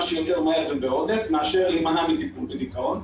שיותר מהר מאשר להימנע מטיפול בדיכאון.